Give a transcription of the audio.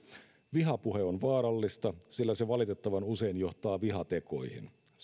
vihapuhe on vaarallista sillä se valitettavan usein johtaa vihatekoihin